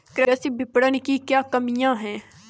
कृषि विपणन की क्या कमियाँ हैं?